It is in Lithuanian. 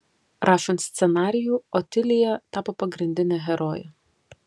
rašant scenarijų otilija tapo pagrindine heroje